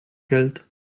geld